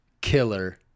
killer